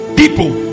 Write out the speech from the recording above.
people